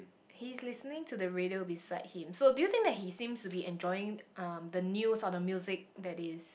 he's listening to the radio beside him so do you think that he seems to be enjoying um the news or the music that is